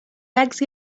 legs